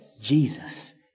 Jesus